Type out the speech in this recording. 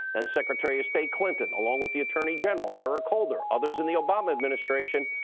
and secretary of state clinton along with the attorney general eric holder, others in the obama administration,